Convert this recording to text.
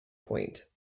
point